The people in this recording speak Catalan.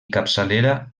capçalera